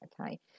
okay